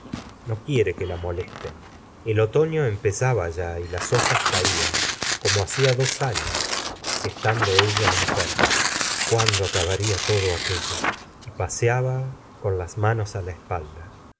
no quiere que la molesten el otoño empezaba y ya las hojas caian como hacia dos años estando ella enferma cuándo acabaría todo aquello y paseaba con las manos á la espalda